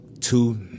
Two